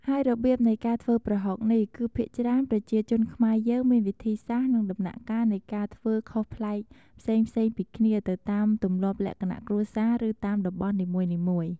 ហើយរបៀបនៃការធ្វើប្រហុកនេះ គឺភាគច្រើនប្រជាជនខ្មែរយើងមានវិធីសាស្ត្រ និងដំណាក់កាលនៃការធ្វើខុសប្លែកផ្សេងៗពីគ្នាទៅតាមទម្លាប់លក្ខណៈគ្រួសារ ឬតាមតំបន់នីមួយៗ។